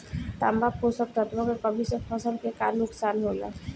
तांबा पोषक तत्व के कमी से फसल के का नुकसान होला?